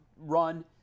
run